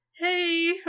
Hey